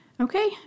Okay